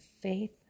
faith